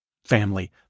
family